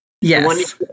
Yes